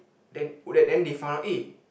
then go there then they found out eh